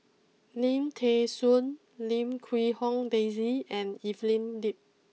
Lim Thean Soo Lim Quee Hong Daisy and Evelyn Lip